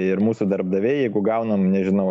ir mūsų darbdaviai jeigu gaunam nežinau